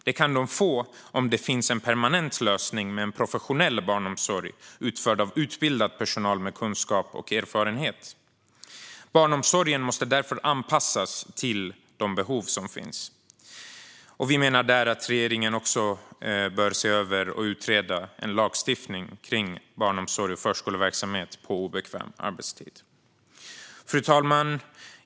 Det kan de få om det finns en permanent lösning med en professionell barnomsorg, utförd av utbildad personal med kunskap och erfarenhet. Barnomsorgen måste därför anpassas till de behov som finns. Vi menar att regeringen bör utreda möjligheten att lagstifta om förskoleverksamhet på obekväm arbetstid. Fru talman!